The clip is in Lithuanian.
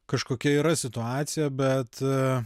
kažkokia yra situacija bet